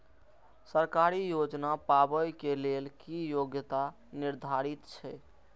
सरकारी योजना पाबे के लेल कि योग्यता निर्धारित छै?